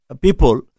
people